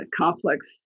complex